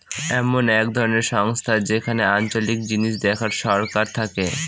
এমন এক ধরনের সংস্থা যেখানে আঞ্চলিক জিনিস দেখার সরকার থাকে